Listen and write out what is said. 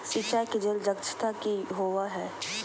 सिंचाई के जल दक्षता कि होवय हैय?